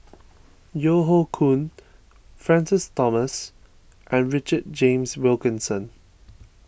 Yeo Hoe Koon Francis Thomas and Richard James Wilkinson